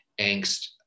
angst